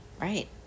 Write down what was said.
Right